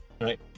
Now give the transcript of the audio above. Right